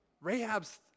Rahab's